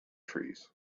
trees